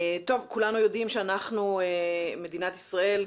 כולנו יודעים שמדינת ישראל,